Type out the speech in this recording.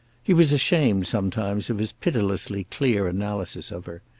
he was ashamed sometimes of his pitilessly clear analysis of her.